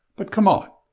but come on,